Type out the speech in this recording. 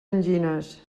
angines